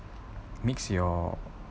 makes your